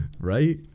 Right